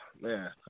man